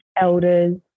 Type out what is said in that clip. elders